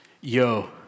Yo